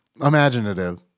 imaginative